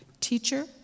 teacher